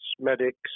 medics